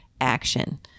action